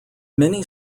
many